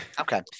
Okay